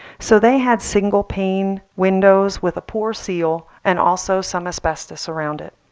so they had single pane windows with a poor seal and also some asbestos around it.